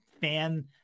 fan